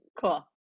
Cool